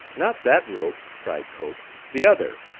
not that rope, cried cope the other.